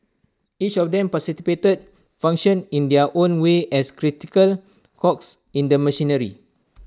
each of them participated functioned in their own way as crucial cogs in the machinery